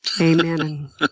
Amen